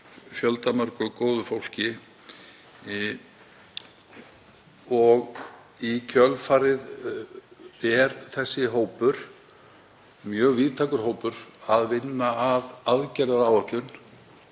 fjöldamörgu góðu fólki. Í kjölfarið er þessi hópur, mjög víðtækur hópur, að vinna að aðgerðaáætlun